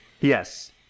Yes